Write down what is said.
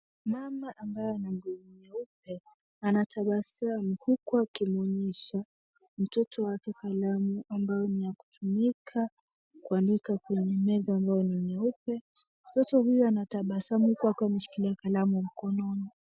Mama ambaye na ngozi nyeupe anatabasamu, huku akimwonyesha mtoto wake kalamu ambayo ni ya kutumika kuandika kwenye meza amabayo ni nyeupe. Mtoto huyu anatabasamu huku akiwa ameshika kalamu mkononi.